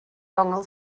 ongl